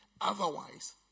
otherwise